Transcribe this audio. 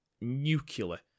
nuclear